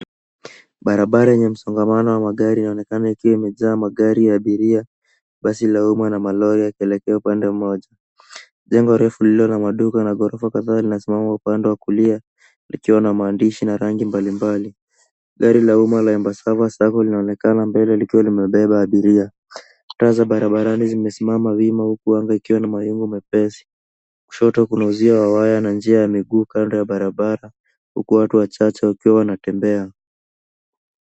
Barabara yenye msongamano wa magari inaonekana ikiwa imejaa magari ya abiria. Basi la umma na malori yakielekea upande mmoja. Jengo refu lililo na maduka na ghorofa kadhaa linasimama upande wa kulia, likiwa na maandishi na rangi mbalimbali. Gari la umma la Embassava sacco (cs) linaonekana mbele likiwa limebeba abiria. Taa za barabarani zimesimama wima huku anga ikiwa na mawingu mepesi. Kushoto kuna uzio wa waya na njia ya miguu kando ya barabara, huku watu wachache wakiwa wanatembea.